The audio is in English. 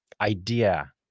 idea